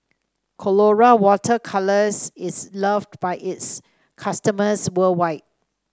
Colora Water Colours is loved by its customers worldwide